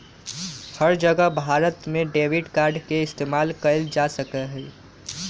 हर जगह भारत में debit card के इस्तेमाल कइल जा सका हई